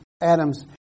Adam's